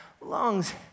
lungs